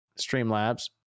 Streamlabs